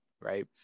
right